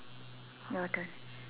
your turn